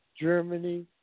Germany